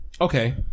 Okay